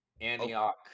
Antioch